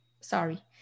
sorry